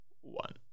one